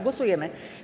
Głosujemy.